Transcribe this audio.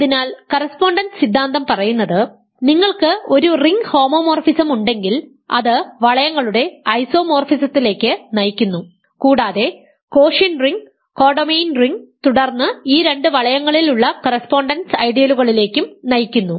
അതിനാൽ കറസ്പോണ്ടൻസ് സിദ്ധാന്തം പറയുന്നത് നിങ്ങൾക്ക് ഒരു റിംഗ് ഹോമോമോർഫിസം ഉണ്ടെങ്കിൽ അത് വളയങ്ങളുടെ ഐസോമോർഫിസംത്തിലേക്ക് നയിക്കുന്നു കൂടാതെ quotient ring codomain ring തുടർന്ന് ഈ രണ്ട് വളയങ്ങളിൽ ഉള്ള കറസ്പോണ്ടൻസ് ഐഡിയലുകളിലേക്കും നയിക്കുന്നു